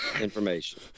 information